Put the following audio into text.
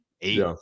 eight